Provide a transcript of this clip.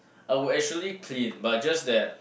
I would actually clean but just that